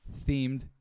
themed